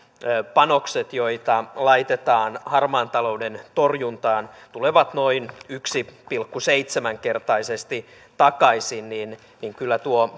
panokset joita laitetaan harmaan talouden torjuntaan tulevat noin yksi pilkku seitsemän kertaisesti takaisin niin niin kyllä tuo